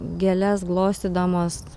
gėles glostydamos